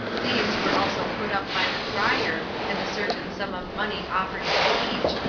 these were also put up by the crier, and a certain sum of money offered with each,